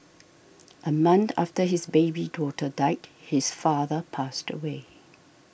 a month after his baby daughter died his father passed away